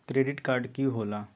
Credit card की होला?